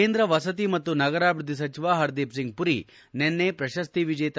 ಕೇಂದ್ರ ವಸತಿ ಮತ್ತು ನಗರಾಭಿವೃದ್ದಿ ಸಚಿವ ಹರ್ದಿಪ್ಸಿಂಗ್ ಪುರಿ ನಿನ್ನೆ ಪ್ರಶಸ್ತಿ ವಿಜೇತ